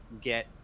get